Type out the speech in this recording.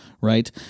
Right